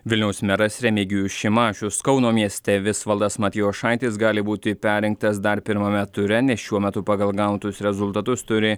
vilniaus meras remigijus šimašius kauno mieste visvaldas matijošaitis gali būti perrinktas dar pirmame ture nes šiuo metu pagal gautus rezultatus turi